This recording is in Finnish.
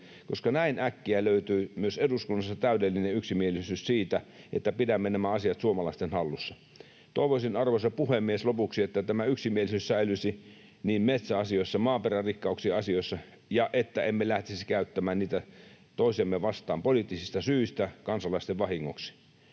koska näin äkkiä löytyy myös eduskunnassa täydellinen yksimielisyys siitä, että pidämme nämä asiat suomalaisten hallussa. Toivoisin, arvoisa puhemies, lopuksi, että tämä yksimielisyys säilyisi niin metsäasioissa kuin maaperän rikkauksien asioissa ja että emme lähtisi käyttämään niitä toisiamme vastaan poliittisista syistä kansalaisten vahingoksi.